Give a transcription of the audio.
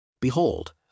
Behold